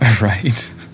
right